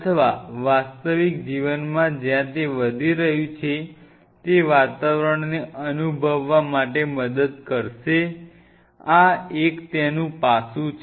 અથવા વાસ્તવિક જીવનમાં જ્યાં તે વધી રહ્યું છે તે વાતાવરણને અનુભવવા માટે મદદ કરશે આ એક તેનું પાસું છે